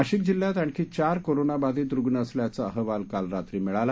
नाशिक जिल्ह्यात आणखी चार कोरोना बाधीत रुग्ण असल्याचा अहवाल काल रात्री मिळाला